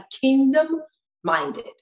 kingdom-minded